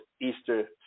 Easter